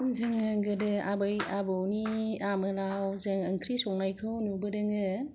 जोङो गोदो आबै आबौनि आमोलाव जों ओंख्रि संनायखौ नुबोदों